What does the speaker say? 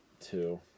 Two